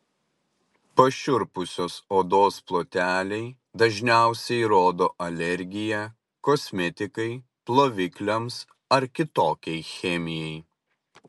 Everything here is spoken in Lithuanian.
pašiurpusios odos ploteliai dažniausiai rodo alergiją kosmetikai plovikliams ar kitokiai chemijai